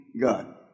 God